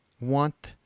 want